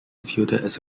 fielded